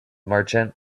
merchant